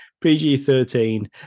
PG-13